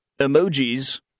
emojis